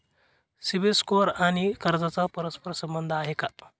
CIBIL score आणि कर्जाचा परस्पर संबंध आहे का?